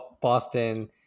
boston